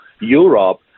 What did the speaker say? Europe